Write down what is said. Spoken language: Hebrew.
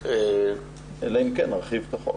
עכשיו, אלא אם כן נרחיב את החוק.